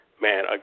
man